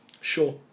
Sure